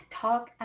talk